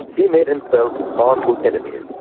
he made himself powerful enemies,